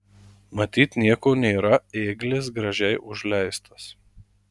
matyt nieko nėra ėglis gražiai užleistas